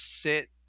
sit